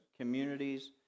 communities